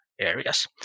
areas